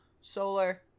Solar